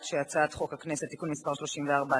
ההצעה להעביר את הצעת חוק הכנסת (תיקון מס' 34)